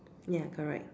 ya correct